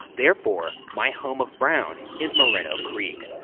therefore, my home of brown, is moreno creek.